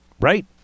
Right